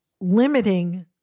limiting